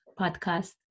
podcast